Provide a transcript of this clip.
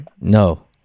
No